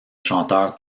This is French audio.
chanteur